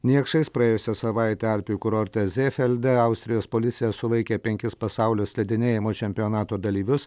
niekšais praėjusią savaitę alpių kurorte zėfelde austrijos policija sulaikė penkis pasaulio slidinėjimo čempionato dalyvius